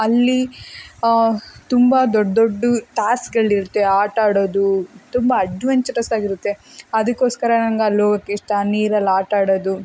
ಅಲ್ಲಿ ತುಂಬ ದೊಡ್ಡ ದೊಡ್ಡದು ಟಾಸ್ಕ್ಗಳಿರುತ್ತೆ ಆಟಾಡೋದು ತುಂಬ ಅಡ್ವೆಂಚರಸ್ ಆಗಿರುತ್ತೆ ಅದಕ್ಕೋಸ್ಕರ ನನಗ್ ಅಲ್ಲೋಗಕೆ ಇಷ್ಟ ನೀರಲ್ಲಿ ಆಟ ಆಡೋದು